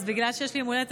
אז בגלל שיש לי יום הולדת,